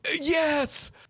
yes